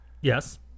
Yes